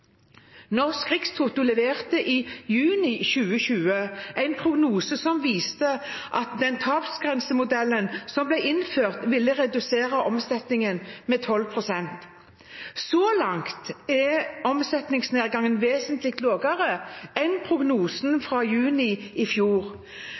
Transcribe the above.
Norsk Rikstoto leverte i juni 2020 en prognose som viste at tapsgrensemodellen som ble innført, ville redusere omsetningen med 12 pst. Så langt er omsetningsnedgangen vesentlig lavere enn prognosen